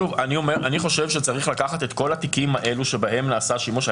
אני חושב שצריך לקחת את כל התיקים האלו שבהם נעשה שימוש.